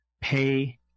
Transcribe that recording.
pay